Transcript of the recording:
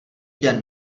den